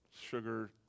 sugar